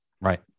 Right